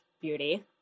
beauty